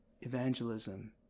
evangelism